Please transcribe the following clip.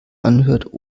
anhört